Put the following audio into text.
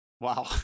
wow